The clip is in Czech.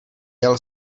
jel